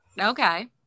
Okay